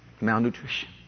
Malnutrition